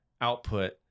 output